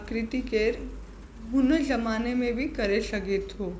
आकृति केर हुन ज़माने बि करे सघे थो